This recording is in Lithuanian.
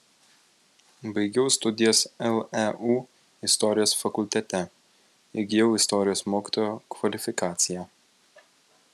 baigiau studijas leu istorijos fakultete įgijau istorijos mokytojo kvalifikaciją